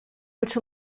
which